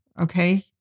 Okay